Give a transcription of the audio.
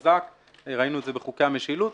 ראינו את זה בחוקי המשילות.